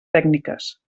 tècniques